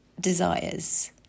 desires